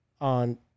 on